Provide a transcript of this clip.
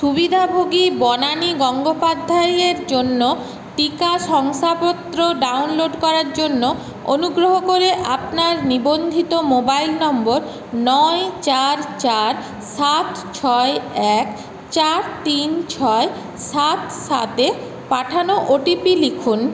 সুবিধাভোগী বনানি গঙ্গোপাধ্যায়ের জন্য টিকা শংসাপত্র ডাউনলোড করার জন্য অনুগ্রহ করে আপনার নিবন্ধিত মোবাইল নম্বর নয় চার চার সাত ছয় এক চার তিন ছয় সাত সাতে পাঠানো ওটিপি লিখুন